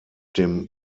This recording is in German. dem